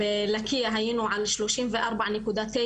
בלקיה היינו על שלושים וארבע נקודה תשע,